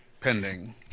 pending